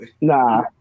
Nah